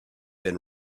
been